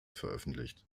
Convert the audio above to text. veröffentlicht